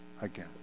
again